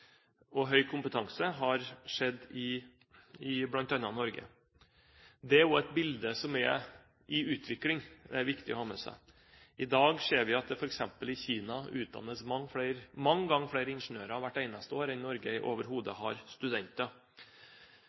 høy kompetanse har skjedd i bl.a. Norge. Det er også et bilde som er i utvikling. Det er det viktig å ha med seg. I dag ser vi at det f.eks. i Kina utdannes mange ganger flere ingeniører hvert eneste år enn Norge overhodet har studenter.